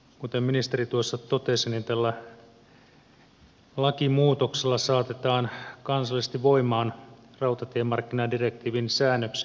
kuten ministeri totesi niin tällä lakimuutoksella saatetaan kansallisesti voimaan rautatiemarkkinadirektiivin säännöksiä